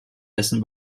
dessen